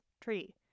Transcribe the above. tree